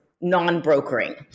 non-brokering